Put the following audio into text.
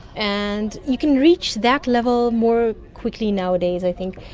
and you can reach that level more quickly nowadays i think.